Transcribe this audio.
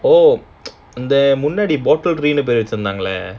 oh அந்த முன்னாடி:andha munnaadi water சொன்னாங்களே:sonnaangalae